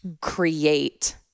create